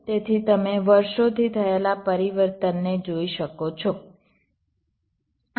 તેથી તમે વર્ષોથી થયેલા પરિવર્તનને જોઈ શકો છો